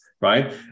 right